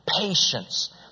patience